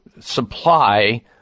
supply